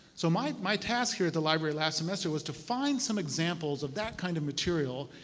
so my my task here at the library last semester was to find some examples of that kind of material.